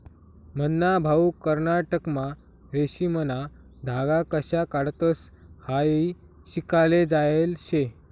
मन्हा भाऊ कर्नाटकमा रेशीमना धागा कशा काढतंस हायी शिकाले जायेल शे